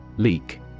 Leak